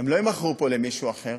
הן לא יימכרו פה למישהו אחר,